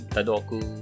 Tadoku